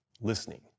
listening